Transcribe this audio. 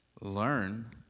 learn